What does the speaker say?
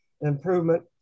improvement